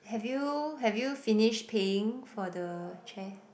have you have you finished paying for the chair